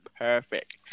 Perfect